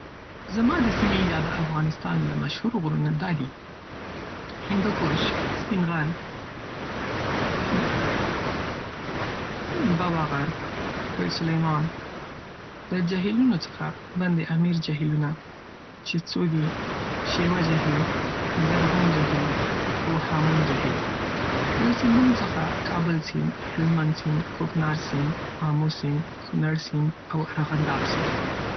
زما د سیمې یا د افغانستان له مشهورو غرونو دا دي: هندوکش، سپین غر، بابا غر، کوه سلیمان. له جهيلونو څخه: بند امیر جهيلونه (چې څو دي)، شِوه جهيل، زرغون جهيل، او هامون جهيل. له سيندونو څخه: کابل سيند، هلمند سيند، کوکنار سيند، آمو سيند، کونړ سيند، او ارغنداب سيند.